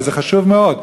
וזה חשוב מאוד.